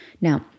now